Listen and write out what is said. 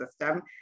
system